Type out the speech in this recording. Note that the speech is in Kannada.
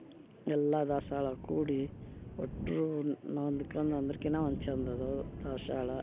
ಎಲ್ಲ ದಾಸ್ವಾಳ ಕೂಡಿ ಒಟ್ರೂನ್ ನಾ ಒಂದಕ್ಕಿನ್ನ್ ಒಂದಕ್ಕಿನ್ನ ಒಂದು ಚಂದ ಅದಾವ ದಾಸಾಳ